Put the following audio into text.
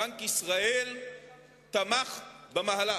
בנק ישראל תמך במהלך.